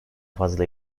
fazla